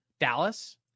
Dallas